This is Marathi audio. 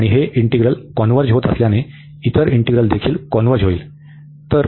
आणि हे इंटीग्रल कॉन्व्हर्ज होत असल्याने इतर इंटीग्रल देखील कॉन्व्हर्ज होईल